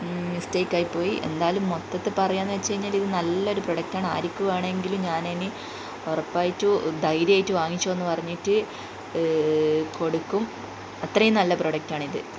മിസ്റ്റേക്കായിപ്പോയി എന്നാലും മൊത്തത്തിൽ പറയാന്ന് വെച്ചാൽ ഇത് നല്ലൊരു പ്രൊഡക്റ്റാണ് ആർക്കു വേണമെങ്കിലും ഞാനിനി ഉറപ്പായിട്ടും ധൈര്യമായിട്ട് വാങ്ങിച്ചോന്ന് പറഞ്ഞിട്ട് കൊടുക്കും അത്രേം നല്ല പ്രൊഡക്റ്റാണിത്